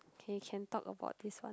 okay can talk about this one